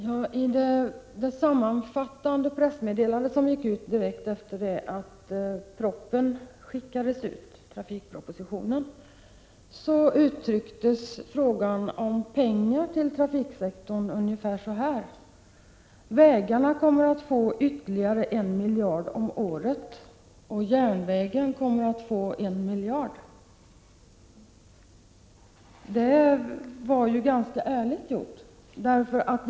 Herr talman! I det sammanfattande pressmeddelande som sändes ut direkt efter det att trafikpropositionen hade framlagts sades i fråga om pengar till trafiksektorn ungefär så här: Vägarna kommer att få ytterligare en miljard om året, och järnvägen kommer att få en miljard. Detta var ganska ärligt.